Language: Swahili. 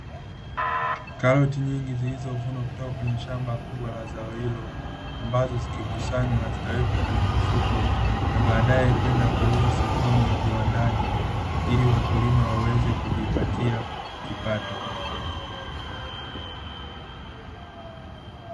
Karoti nyingi zilizovunwa kutoka kwenye shamba kubwa la zao hilo, ambazo zikikusanywa zitawekwa kwenye mifuko na baadae kwenda kuuzwa sokoni na viwandani ili wakulima waweze kujipatia kipato.